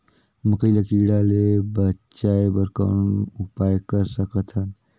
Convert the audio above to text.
मकई ल कीड़ा ले बचाय बर कौन उपाय कर सकत हन?